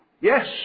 Yes